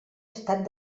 estat